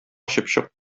чыпчык